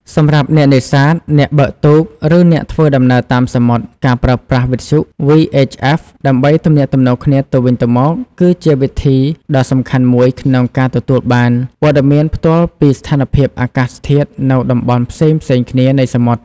សម្រាប់អ្នកនេសាទ អ្នកបើកទូក ឬអ្នកធ្វើដំណើរតាមសមុទ្រ ការប្រើប្រាស់វិទ្យុ VHF ដើម្បីទំនាក់ទំនងគ្នាទៅវិញទៅមក គឺជាវិធីដ៏សំខាន់មួយក្នុងការទទួលបានព័ត៌មានផ្ទាល់ពីស្ថានភាពអាកាសធាតុនៅតំបន់ផ្សេងៗគ្នានៃសមុទ្រ។